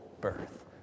birth